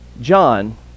John